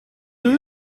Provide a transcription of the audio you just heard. deux